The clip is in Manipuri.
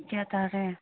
ꯀꯌꯥ ꯇꯥꯔꯦ